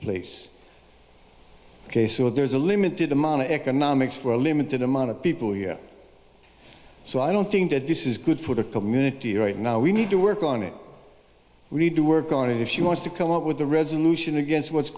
place ok so there's a limited amount of economics for a limited amount of people you know so i don't think that this is good for the community right now we need to work on it we need to work on it if you want to come up with a resolution against what's